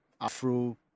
afro